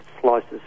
slices